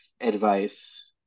advice